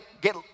get